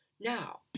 Now